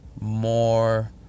more